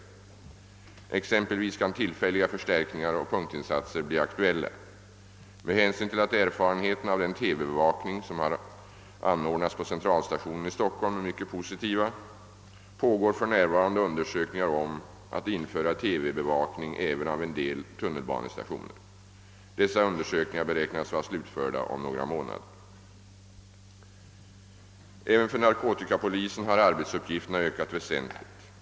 Exempelvis kan tillfälliga förstärkningar och punktinsatser bli aktuella. Med hänsyn till att erfarenheterna av den TV-bevakning som har anordnats på centralstationen i Stockholm är mycket positiva pågår f. n. undersökningar om att införa TV bevakning även av en del tunnelbanestationer. Dessa undersökningar beräknas vara slutförda om några månader. Även för narkotikapolisen har arbetsuppgifterna ökat väsentligt.